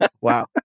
Wow